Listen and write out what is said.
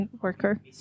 worker